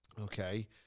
Okay